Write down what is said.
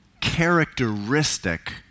characteristic